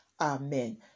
Amen